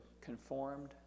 conformed